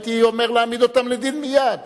הייתי אומר להעמיד אותם לדין מייד.